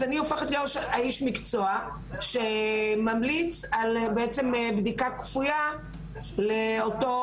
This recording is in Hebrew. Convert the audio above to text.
אז אני הופכת להיות האיש מקצוע שממליץ על בעצם בדיקה כפולה לאותו,